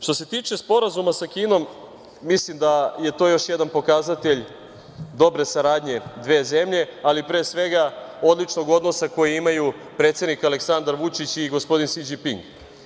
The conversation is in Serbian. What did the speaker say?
Što se tiče Sporazuma sa Kinom mislim da je to još jedan pokazatelj dobre saradnje dve zemlje, ali pre svega odličnog odnosa koji imaju predsednik Aleksandar Vučić i gospodin Si Đinping.